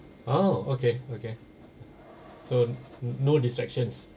oh okay okay so no distractions